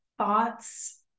thoughts